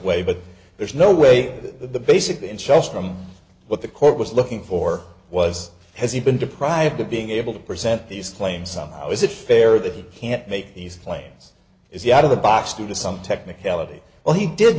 way but there's no way the basically in shock from what the court was looking for was has he been deprived of being able to present these claims somehow is it fair that he can't make these claims is he out of the box due to some technicality well he did